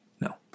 No